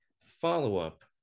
follow-up